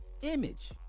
image